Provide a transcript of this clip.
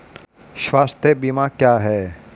स्वास्थ्य बीमा क्या है?